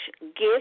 gift